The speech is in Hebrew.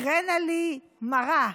קראןָ לי מרא".